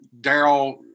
Daryl